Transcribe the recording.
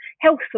health